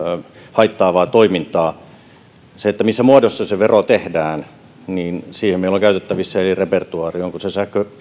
haittaavaa toimintaa siihen missä muodossa se vero tehdään meillä on käytettävissä eri keinojen repertuaari onko se